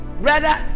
Brother